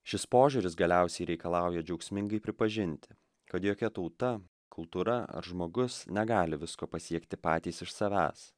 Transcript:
šis požiūris galiausiai reikalauja džiaugsmingai pripažinti kad jokia tauta kultūra ar žmogus negali visko pasiekti patys iš savęs